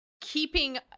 keeping